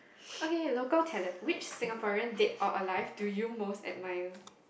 okay local talent which Singaporean dead or alive do you most admire